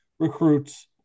recruits